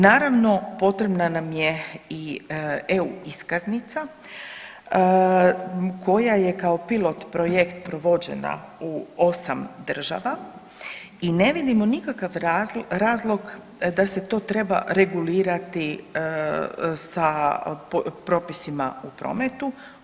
Naravno potrebna nam je i EU iskaznica koja je kao pilot projekt provođena u osam država i ne vidimo nikakav razlog da se to treba regulirati sa propisima u prometu.